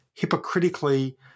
hypocritically